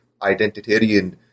identitarian